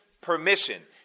permission